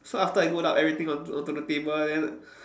so after I put up everything onto onto the table then